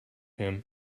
him